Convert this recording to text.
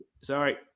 sorry